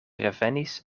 revenis